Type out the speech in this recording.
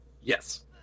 Yes